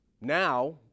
Now